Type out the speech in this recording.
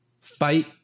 fight